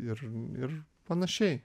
ir ir panašiai